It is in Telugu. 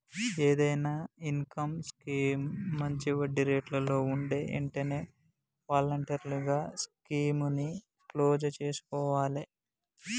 ఏదైనా ఇన్కం స్కీమ్ మంచి వడ్డీరేట్లలో వుంటే వెంటనే వాలంటరీగా స్కీముని క్లోజ్ చేసుకోవాలే